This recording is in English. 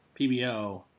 PBO